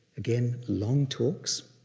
again long talks.